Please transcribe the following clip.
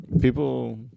People